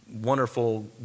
wonderful